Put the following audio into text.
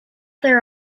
there